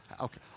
Okay